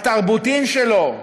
התרבותיים שלו,